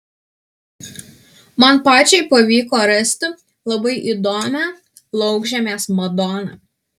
man pačiai pavyko rasti labai įdomią laukžemės madoną